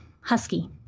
husky